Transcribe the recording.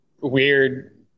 weird